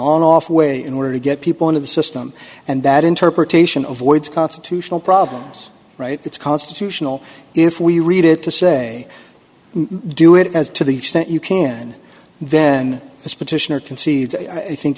off way in order to get people into the system and that interpretation of voids constitutional problems right it's constitutional if we read it to say do it as to the extent you can then as petitioner concedes i think